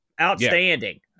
Outstanding